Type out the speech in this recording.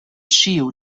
ĉiu